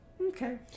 okay